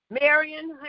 Marion